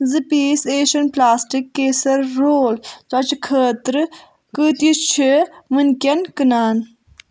زٕ پیٖس ایشؠن پُلاسٹِک کیسر رول ژۄچہِ خٲطرٕ کٍتِس چھِ وُنکؠن کٕنان